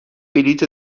بلیط